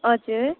हजुर